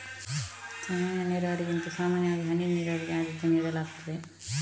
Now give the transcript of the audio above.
ಸಾಮಾನ್ಯ ನೀರಾವರಿಗಿಂತ ಸಾಮಾನ್ಯವಾಗಿ ಹನಿ ನೀರಾವರಿಗೆ ಆದ್ಯತೆ ನೀಡಲಾಗ್ತದೆ